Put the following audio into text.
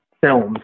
films